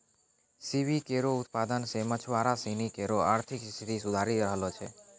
C weed केरो उत्पादन सें मछुआरा सिनी केरो आर्थिक स्थिति सुधरी रहलो छै